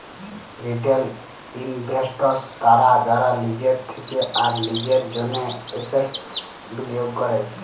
retail investors তারা যারা লিজের থেক্যে আর লিজের জন্হে এসেটস বিলিয়গ ক্যরে